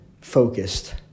focused